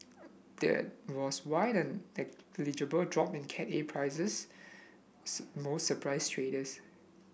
that was why the negligible drop in Cat A prices most surprised traders